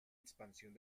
expansión